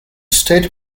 state